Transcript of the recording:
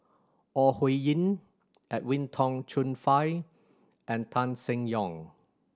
Ore Huiying Edwin Tong Chun Fai and Tan Seng Yong